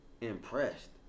Impressed